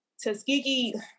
Tuskegee